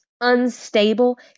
unstable